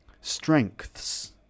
Strengths